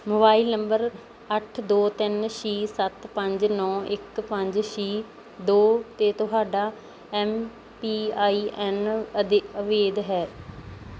mobile number ਅੱਠ ਦੋ ਤਿੰਨ ਛੀ ਸੱਤ ਪੰਜ ਨੋ ਇੱਕ ਪੰਜ ਛੀ ਦੋ ਤੇ ਤੁਹਾਡਾ ਐੱਮ ਪੀ ਆਈ ਐੱਨ ਅਵੈਧ ਹੈ